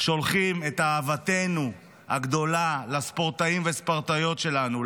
שולחים את אהבתנו הגדולה לספורטאים והספורטאיות שלנו,